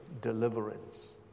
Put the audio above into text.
deliverance